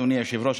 אדוני היושב-ראש,